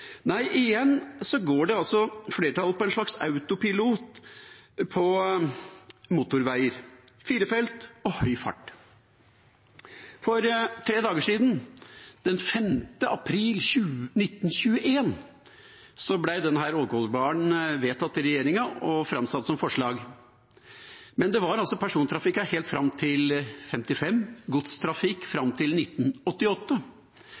Nei, igjen går altså flertallet på en slags autopilot på motorveier – fire felt og høy fart. Den 5. april 1921 ble Ålgårdbanen vedtatt av regjeringa og framsatt som forslag. Men det var altså persontrafikk her helt fram til 1955 og godstrafikk